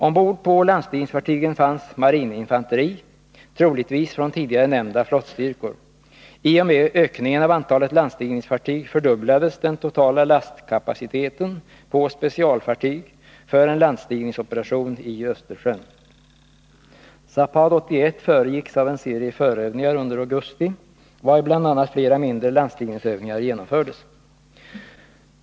Ombord på landstigningsfartygen fanns marininfanteri, troligtvis från tidigare nämnda flottstyrkor. I och med ökningen av antalet landstigningsfartyg fördubblades den totala lastkapaciteten på specialfartyg för en landstigningsoperation i Östersjön. ZAPAD 81 föregicks av en serie förövningar under augusti, varvid bl.a. flera mindre landstigningsövningar genomfördes.